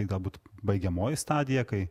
galbūt baigiamoji stadija kai